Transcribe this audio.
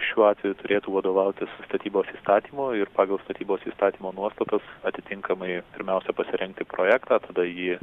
šiuo atveju turėtų vadovautis statybos įstatymu ir pagal statybos įstatymo nuostatus atitinkamai pirmiausia pasirengti projektą tada jį